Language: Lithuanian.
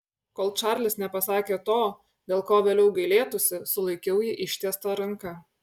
kol čarlis nepasakė to dėl ko vėliau gailėtųsi sulaikiau jį ištiesta ranka